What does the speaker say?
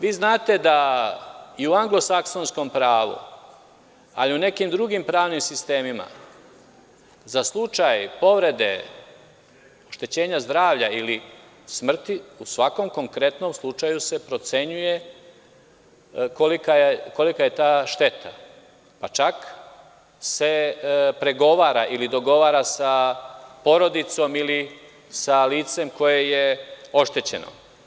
Vi znate da i u anglosaksonskom pravu, a i u nekim drugim sistemima, za slučaj povrede, oštećenja zdravlja ili smrti u svakom konkretnom slučaju se procenjuje kolika je ta šteta, pa čak se pregovara ili dogovara sa porodicom ili sa licem koje je oštećeno.